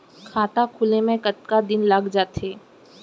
खाता खुले में कतका दिन लग जथे?